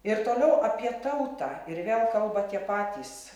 ir toliau apie tautą ir vėl kalba tie patys